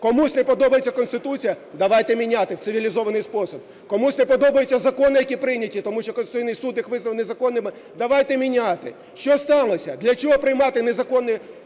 Комусь не подобається Конституція – давайте міняти в цивілізований спосіб. Комусь не подобаються закони, які прийняті, тому що Конституційний Суд їх визнав незаконними – давайте міняти. Що сталося? Для чого приймати незаконні